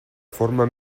forma